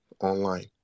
online